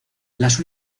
las